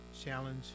challenge